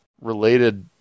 related